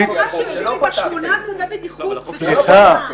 ------ שמונה צווי בטיחות בשנה,